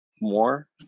more